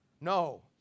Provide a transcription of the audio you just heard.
No